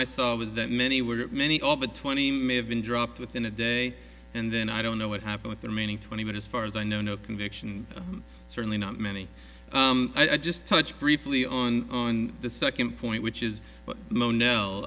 i saw was that many were many over twenty may have been dropped within a day and then i don't know what happened at the remaining twenty minutes far as i know no conviction and certainly not many i just touch briefly on on the second point which is mono